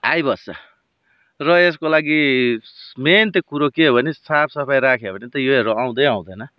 आइबस्छ र यसको लागि मेन चाहिँ कुरो के हो भने साफसफाई राख्यो भने चाहिँ योहरू आउँदै आउँदैन